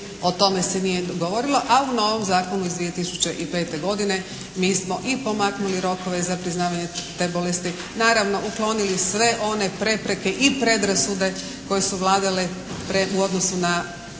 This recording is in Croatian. o tome se nije govorilo. A u novom zakonu iz 2005. godine mi smo i pomaknuli rokove za priznavanje te bolesti, naravno uklonili sve one prepreke i predrasude koje su vladale u odnosu na